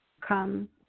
come